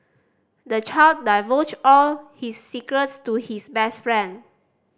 the child divulged all his secrets to his best friend